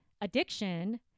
addiction